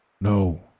No